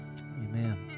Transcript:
amen